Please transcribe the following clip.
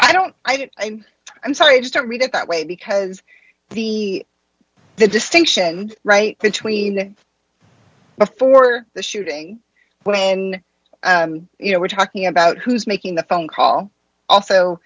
i don't i mean i'm sorry i just don't read it that way because the the distinction between before the shooting when you know we're talking about who's making the phone call also